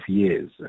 years